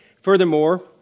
Furthermore